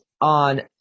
on